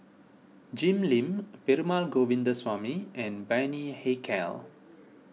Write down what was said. Jim Lim Perumal Govindaswamy and Bani Haykal